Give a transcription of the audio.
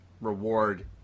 reward